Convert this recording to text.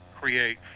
create